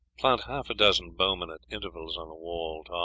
plant half a dozen bowmen at intervals on the wall,